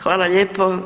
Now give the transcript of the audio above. Hvala lijepo.